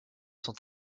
sont